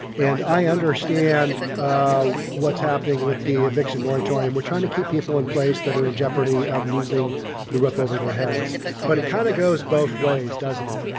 and i understand what's happening with the eviction moratorium. we're trying to keep people in place that are in jeopardy of losing the roof over their heads but it kind of goes both ways, doesn't it?